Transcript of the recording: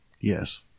Yes